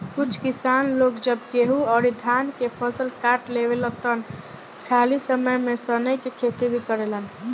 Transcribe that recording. कुछ किसान लोग जब गेंहू अउरी धान के फसल काट लेवेलन त खाली समय में सनइ के खेती भी करेलेन